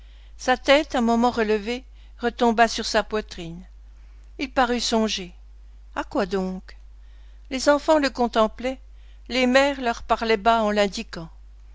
sa tête un moment relevée retomba sur sa poitrine il parut songer à quoi donc les enfants le contemplaient les mères leur parlaient bas en l'indiquant